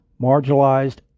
marginalized